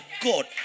God